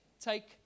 take